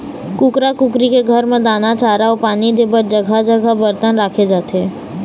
कुकरा कुकरी के घर म दाना, चारा अउ पानी दे बर जघा जघा बरतन राखे जाथे